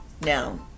Now